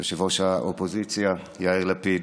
יושב-ראש האופוזיציה יאיר לפיד,